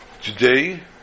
today